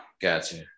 Gotcha